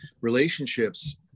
relationships